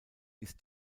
ist